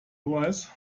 prize